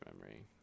memory